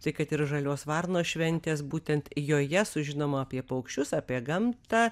tai kad ir žalios varnos šventės būtent joje sužinoma apie paukščius apie gamtą